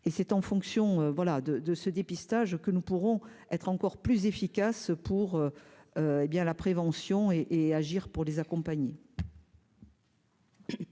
et c'est en fonction voilà de de ce dépistage que nous pourrons être encore plus efficaces pour, hé bien, la prévention et agir pour les accompagner.